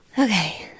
Okay